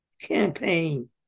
campaign